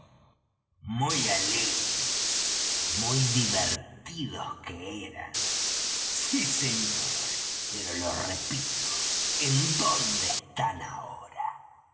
muy alegres y muy divertidos que eran sí señor pero lo repito en dónde están ahora